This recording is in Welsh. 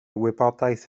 wybodaeth